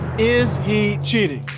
is he cheating?